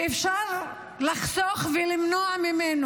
שאפשר לחסוך ולמנוע מהם?